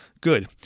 Good